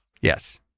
Yes